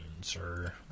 sir